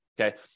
Okay